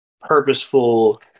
purposeful